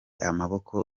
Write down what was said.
amaboko